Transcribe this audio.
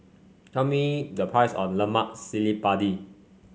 tell me the price of Lemak Cili Padi